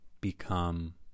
become